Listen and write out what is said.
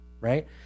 right